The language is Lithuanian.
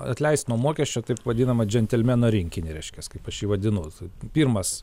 atleisti nuo mokesčio taip vadinamą džentelmeno rinkinį reiškiasi kaip aš jį vadinu pirmas